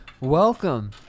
welcome